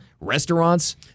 restaurants